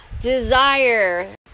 desire